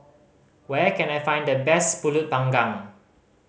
where can I find the best Pulut Panggang